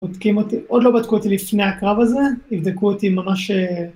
עוד לא בדקו אותי לפני הקרב הזה, יבדקו אותי ממש...